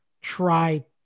try